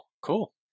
cool